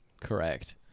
correct